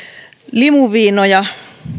limuviinoja